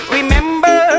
Remember